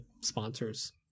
sponsors